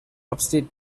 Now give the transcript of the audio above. upstate